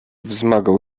wzmagał